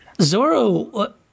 Zoro